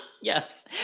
Yes